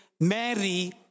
Mary